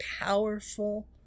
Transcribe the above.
powerful